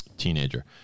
teenager